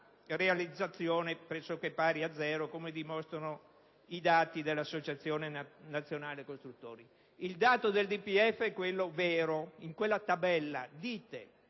realizzazione pressoché pari a zero, come dimostrano i dati dell'Associazione nazionale costruttori, mentre il dato del DPEF è quello vero. In quella tabella voi